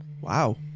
Wow